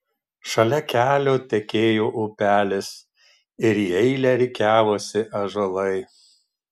šalia kelio tekėjo upelis ir į eilę rikiavosi ąžuolai